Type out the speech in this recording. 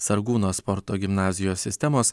sargūno sporto gimnazijos sistemos